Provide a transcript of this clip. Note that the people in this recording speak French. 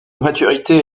maturité